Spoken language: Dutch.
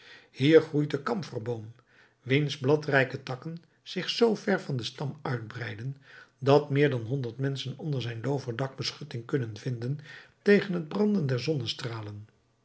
hier groeit de kamferboom wiens bladrijke takken zich zoo ver van den stam uitbreiden dat meer dan honderd menschen onder zijn looverdak beschutting kunnen vinden tegen het branden der zonnestralen